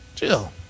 chill